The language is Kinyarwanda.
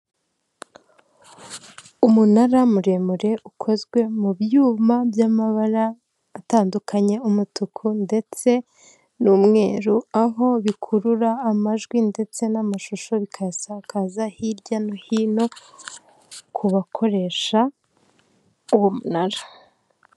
Umunara muremure ukozwe mu byuma by'amabara atandukanye umutuku ndetse n'umweru aho bikurura amajwi ndetse n'amashusho bikayasakaza hirya no hino ku bakoresha uwo umunara.